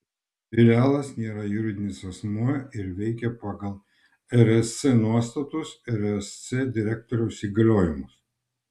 filialas nėra juridinis asmuo ir veikia pagal rsc nuostatus ir rsc direktoriaus įgaliojimus